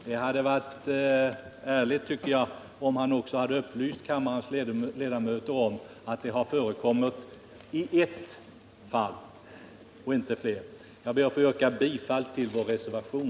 Det hade varit ärligt om han hade upplyst kammarens ledamöter om att det har skett i endast ett fall. Jag ber, herr talman, att få yrka bifall till vår reservation.